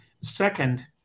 Second